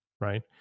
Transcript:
Right